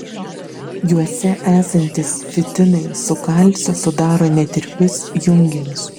juose esantys fitinai su kalciu sudaro netirpius junginius